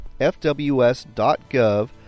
fws.gov